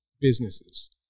businesses